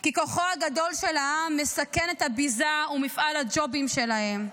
כי כוחו הגדול של העם מסכן את הביזה ומפעל הג'ובים שלהם.